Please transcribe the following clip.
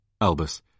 Albus